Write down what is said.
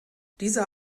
dieser